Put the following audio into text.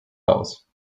haus